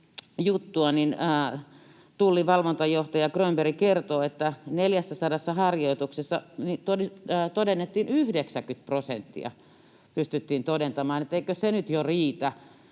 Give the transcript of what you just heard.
Tullin valvontajohtaja Grönberg kertoo, että 400 harjoituksessa pystyttiin todentamaan 90 prosenttia. Eikö se nyt jo riitä?